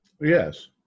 Yes